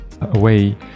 away